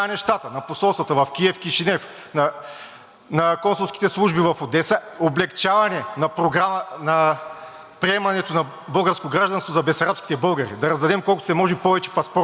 приемането на българско гражданство за бесарабските българи, да раздадем колкото се може повече паспорти по примера на Полша. Казвам, Полша вече го направи, без да пита украинската страна и без да се интересува от никого.